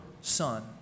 son